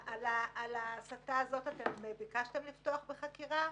תכננתי את לוחות הזמנים לתת סקירות.